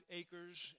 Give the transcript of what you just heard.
acres